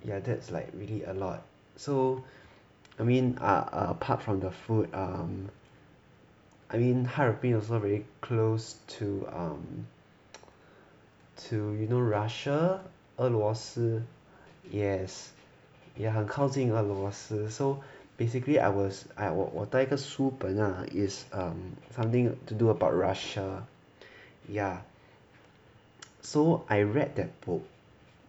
yeah that's like really a lot so I mean ah apart from the food um I mean 哈尔滨 also very close to um to you know Russia 俄罗斯 yes 也很靠近俄罗斯 so basically I was I 我我带个书本 lah is um something to do about Russia ya so I read that book